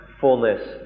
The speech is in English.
fullness